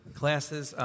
classes